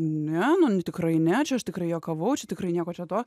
ne nu tikrai ne čia aš tikrai juokavau čia tikrai nieko čia to